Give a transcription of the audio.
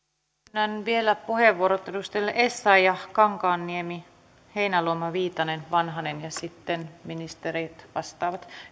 myönnän vielä puheenvuorot edustajille essayah kankaanniemi heinäluoma viitanen ja vanhanen ja sitten ministerit vastaavat